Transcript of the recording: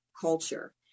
Culture